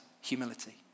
humility